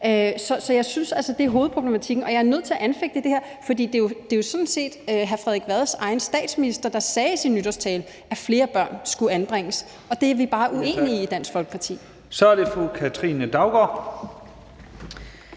Så jeg synes altså, at det er hovedproblematikken, og jeg er nødt til anfægte det, der bliver sagt, for det var jo sådan set hr. Frederik Vads egen statsminister, der i sin nytårstale sagde, at flere børn skulle anbringes, og det er vi bare uenige i i Dansk Folkeparti.